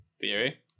Theory